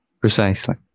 Precisely